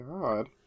god